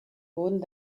boden